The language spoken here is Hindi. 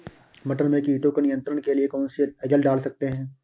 मटर में कीटों के नियंत्रण के लिए कौन सी एजल डाल सकते हैं?